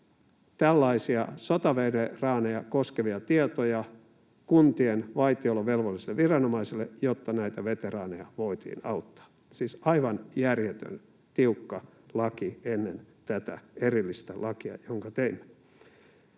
tällaisia sotaveteraaneja koskevia tietoja kuntien vaitiolovelvolliselle viranomaiselle, jotta näitä veteraaneja voitiin auttaa. Siis aivan järjetön, tiukka laki ennen tätä erillistä lakia, jonka teimme.